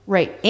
Right